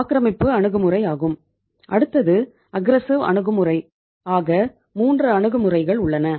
ஆக மூன்று அணுகுமுறைகள் உள்ளன